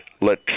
Let